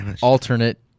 Alternate